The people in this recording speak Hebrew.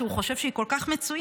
שהוא חושב שהיא כל כך מצוינת,